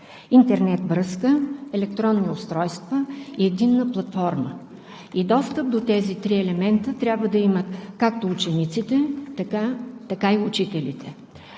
интернет връзка, електронно устройство и единна платформа. Достъп до тези три елемента трябва да имат както учениците, така и учителите.